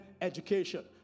education